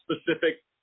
specific